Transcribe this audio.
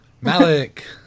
Malik